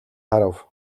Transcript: харав